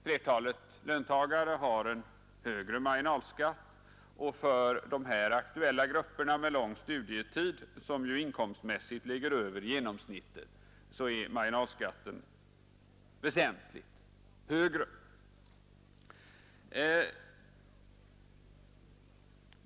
Flertalet löntagare har en högre marginalskatt, och för de här aktuella grupperna med lång studietid, som ju inkomstmässigt ligger över genomsnittet, är marginalskatten väsentligt högre.